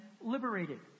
liberated